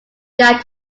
guide